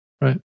Right